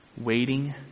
Waiting